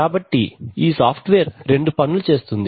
కాబట్టి ఈ software రెండు పనులు చేస్తుంది